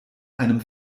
einem